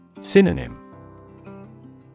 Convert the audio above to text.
Synonym